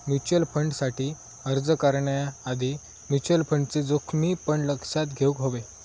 mutual फंडसाठी अर्ज करण्याआधी म्युचल फंडचे जोखमी पण लक्षात घेउक हवे